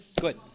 Good